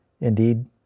Indeed